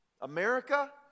America